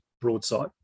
broadside